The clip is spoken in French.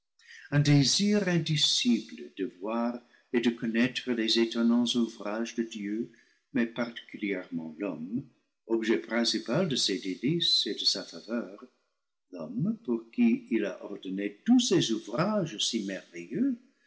désir indicible de voir et de connaître les étonnants ouvrages de dieu mais particulière ment l'homme objet principal de ses délices et de sa faveur l'homme pour qui il a ordonné tous ces ouvrages si